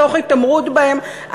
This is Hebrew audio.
תוך התעמרות בהם,